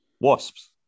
wasps